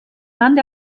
fand